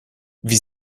wie